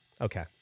Okay